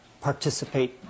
participate